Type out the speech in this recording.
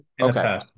Okay